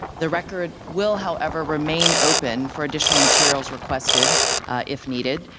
the record will however remain open for additional materials requested if needed,